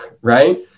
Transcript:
right